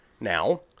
Now